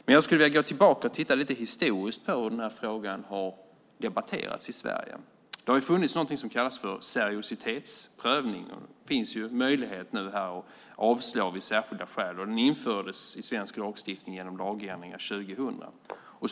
Jag skulle dock vilja gå tillbaka och titta lite historiskt på hur den här frågan har debatterats i Sverige. Det har funnits något som har kallats för seriositetsprövning, och det finns en möjlighet att avslå vid särskilda skäl. Den infördes i svensk lagstiftning genom lagändringar år 2000.